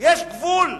יש גבול.